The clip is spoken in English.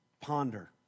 ponder